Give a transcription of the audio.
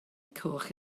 coch